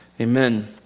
Amen